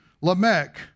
Lamech